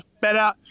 better